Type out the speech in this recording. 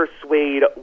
persuade